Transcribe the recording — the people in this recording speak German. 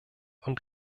und